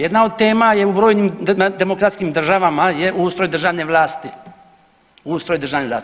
Jedna od tema je u brojnim demokratskim državama je ustroj državne vlasti, ustroj državne vlasti.